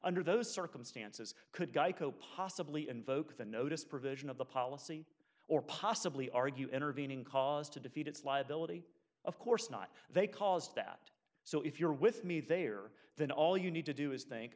under those circumstances could geico possibly invoke the notice provision of the policy or possibly argue intervening cause to defeat its liability of course not they caused that so if you're with me they are then all you need to do is think